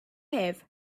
have